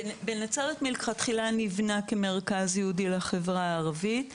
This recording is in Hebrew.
בנצרת מלכתחילה נבנה מרכז ייעודי לחברה הערבית.